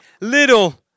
little